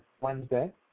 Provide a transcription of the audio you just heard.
Wednesday